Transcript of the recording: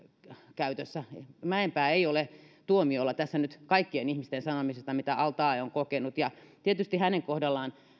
käytössä mäenpää ei ole tuomiolla tässä nyt kaikkien ihmisten sanomisista mitä al taee on kokenut ja tietysti hänen kohdallaan